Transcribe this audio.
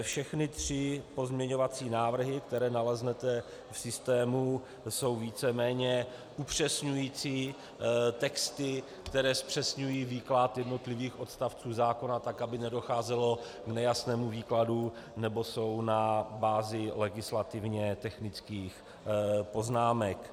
Všechny tři pozměňovací návrhy, které naleznete v systému, jsou víceméně upřesňující texty, které zpřesňují výklad jednotlivých odstavců zákona tak, aby nedocházelo k nejasnému výkladu, nebo jsou na bázi legislativně technických poznámek.